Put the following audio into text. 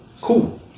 Cool